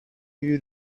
you